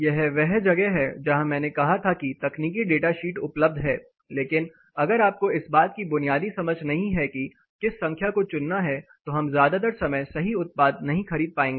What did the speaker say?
यह वह जगह है जहां मैंने कहा था कि तकनीकी डाटा शीट उपलब्ध हैं लेकिन अगर आपको इस बात की बुनियादी समझ नहीं है कि किस संख्या को चुनना है तो हम ज्यादातर समय सही उत्पाद नहीं खरीद पाएंगे